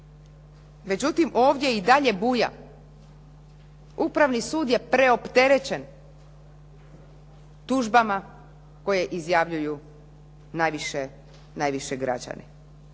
Međutim, ovdje i dalje buja. Upravni sud je preopterećen tužbama koje izjavljuju najviše građani.